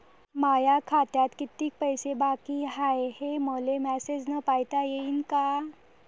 माया खात्यात कितीक पैसे बाकी हाय, हे मले मॅसेजन पायता येईन का?